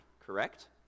correct